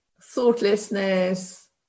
thoughtlessness